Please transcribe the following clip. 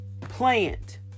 Plant